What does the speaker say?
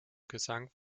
gesang